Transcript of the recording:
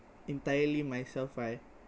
entirely myself I